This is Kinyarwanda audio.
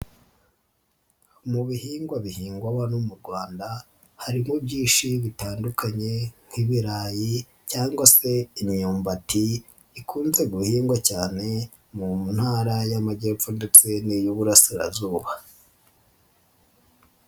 Mu bihingwa bihingwa bihingwa hano mu Rwanda harimo byinshi bitandukanye nk'ibirayi cyangwa se imyumbati ikunze guhingwa cyane mu Ntara y'Amajyepfo ndetse n'iy'Uburasirazuba.